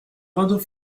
radeau